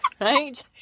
right